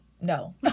no